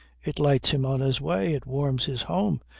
it lights him on his way, it warms his home,